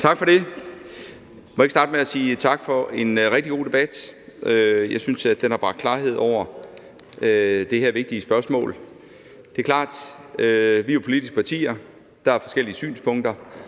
Tak for det. Må jeg ikke starte med at sige tak for en rigtig god debat? Jeg synes, at den har bragt klarhed over det her vigtige spørgsmål. Det er klart, at vi jo er politiske partier, og at der er forskellige synspunkter,